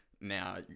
now